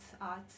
art